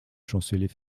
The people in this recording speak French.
chancelier